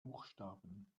buchstaben